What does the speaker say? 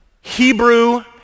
Hebrew